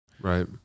right